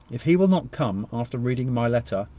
if he will not come after reading my letter,